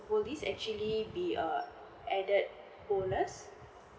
what is actually be a added bonus